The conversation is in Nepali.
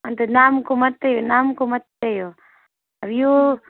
अन्त नामको मात्रै नामको मात्रै हो अब यो